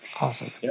Awesome